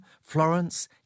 Florence